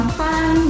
fun